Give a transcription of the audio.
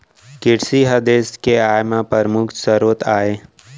किरसी ह देस के आय म परमुख सरोत आय